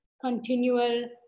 continual